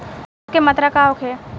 खाध के मात्रा का होखे?